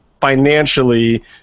financially